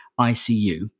ICU